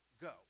go